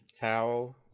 towel